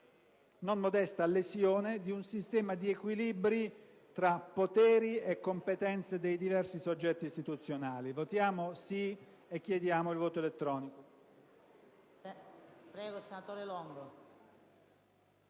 non modesta lesione di un sistema di equilibri tra poteri e competenze dei diversi soggetti istituzionali. Votiamo quindi a favore